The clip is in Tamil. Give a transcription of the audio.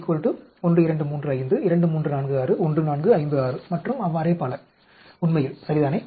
I 1235 2346 1456 மற்றும் அவ்வாறே பல உண்மையில் சரிதானே